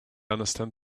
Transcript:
understand